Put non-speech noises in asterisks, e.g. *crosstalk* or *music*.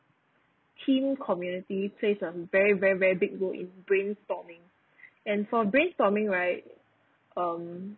team community plays a very very very big role in brainstorming *breath* and for brainstorming right um